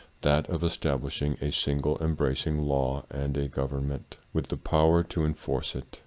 that of establishing a single embracing law and a government with the power to enforce it.